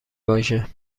واژه